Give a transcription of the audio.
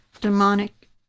demonic